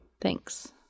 Thanks